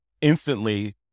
instantly